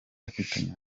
afitanye